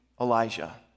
Elijah